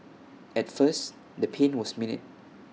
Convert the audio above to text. at first the pain was minute